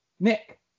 Nick